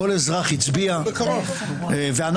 כל אזרח הצביע, ואנחנו